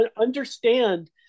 understand